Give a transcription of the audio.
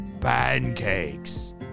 pancakes